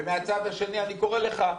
ומהצד השני אני קורא לך,